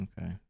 Okay